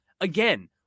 again